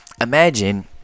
Imagine